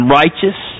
righteous